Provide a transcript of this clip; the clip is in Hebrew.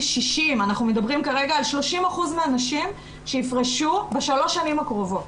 60. אנחנו מדברים כרגע על 30% מהאנשים שיפרשו בשלוש שנים הקרובות,